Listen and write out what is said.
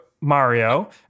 Mario